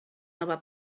nova